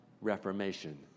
reformation